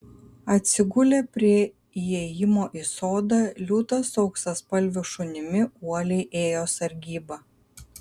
atsigulę prie įėjimo į sodą liūtas su auksaspalviu šunimi uoliai ėjo sargybą